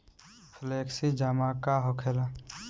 Flexi जमा का होखेला?